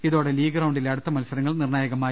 ഇതോടെ ലീഗ് റൌണ്ടിലെ അടുത്ത മത്സരങ്ങൾ നിർണ്ണായകമായി